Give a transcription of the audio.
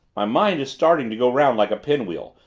my mind is starting to go round like a pinwheel,